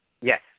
Yes